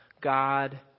God